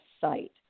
site